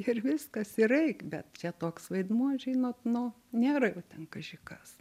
ir viskas ir eik bet čia toks vaidmuo žinot nu nėra jau ten kaži kas